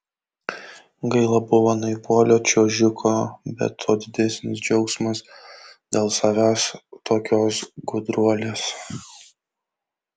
gaila buvo naivuolio čiuožiko bet tuo didesnis džiaugsmas dėl savęs tokios gudruolės